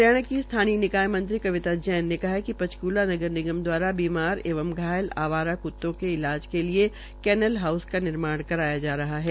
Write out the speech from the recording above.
हरियाणा की स्थानीय निकाय मंत्री कविता जैन ने कहा है कि पंचक्ला नगर निगम द्वारा बीमार एवं घायल आवारा कृत्तों के इलाज के लिए केनल हाउस का निर्माण कराया जा रहा है